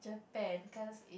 Japan because